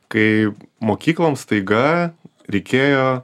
kai mokykloms staiga reikėjo